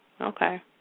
okay